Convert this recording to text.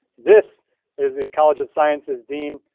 this is the college of sciences dean.